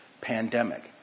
pandemic